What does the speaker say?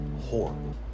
Horrible